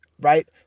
right